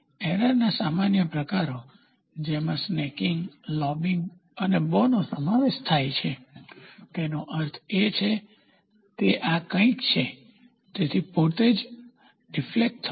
એરરનાં સામાન્ય પ્રકારો જેમાં સ્નેકિંગ લોબિંગ અને બો નો સમાવેશ થાય છે તેનો અર્થ છે કે તે આ કંઈક છે તેથી પોતે જ ડીફ્લેક્ટ થવું